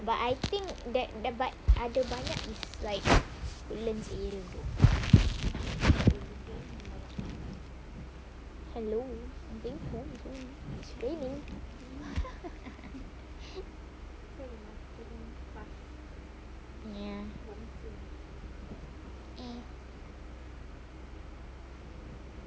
but I think that tempat ada banyak is like woodlands area hello it's raining